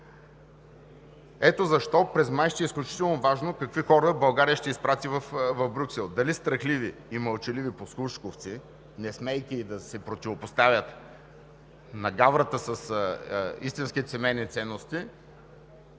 Ето защо през месец май ще е изключително важно какви хора България ще изпрати в Брюксел – дали страхливи и мълчаливи послушковци, несмеейки да се противопоставят на гаврата с истинските семейни ценности,